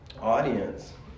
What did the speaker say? audience